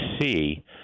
see